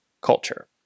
culture